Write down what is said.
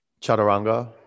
Chaturanga